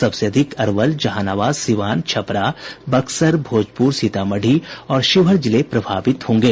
सबसे अधिक अरवल जहानाबाद सीवान छपरा बक्सर भोजपुर सीतामढ़ी और शिवहर जिले प्रभावित होंगे